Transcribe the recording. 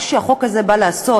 מה שהחוק הזה בא לעשות,